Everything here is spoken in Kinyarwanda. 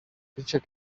richard